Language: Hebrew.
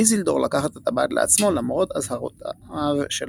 איסילדור לקח את הטבעת לעצמו למרות אזהרותיו של